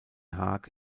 haag